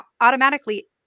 automatically